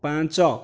ପାଞ୍ଚ